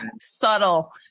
subtle